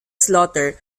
slaughter